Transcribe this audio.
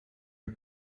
are